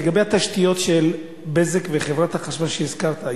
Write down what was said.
לגבי התשתיות של "בזק" וחברת החשמל שהזכרת,